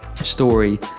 story